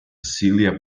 celia